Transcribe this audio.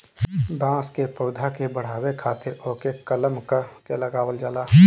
बांस के पौधा के बढ़ावे खातिर ओके कलम क के लगावल जाला